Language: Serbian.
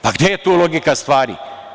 Pa, gde je tu logika stvari?